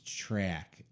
track